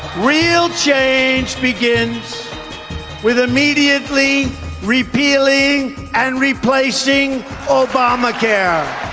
real change begins with immediately repealing and replacing obamacare